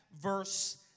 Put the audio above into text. verse